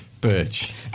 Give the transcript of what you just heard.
Birch